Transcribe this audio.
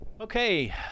Okay